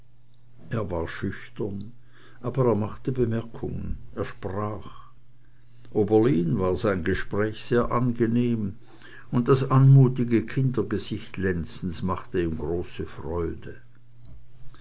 er war schüchtern aber er machte bemerkungen er sprach oberlin war sein gespräch sehr angenehm und das anmutige kindergesicht lenzens machte ihm große freude